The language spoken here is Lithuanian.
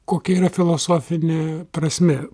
kokia yra filosofinė prasmė